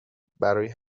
برای